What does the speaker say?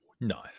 nice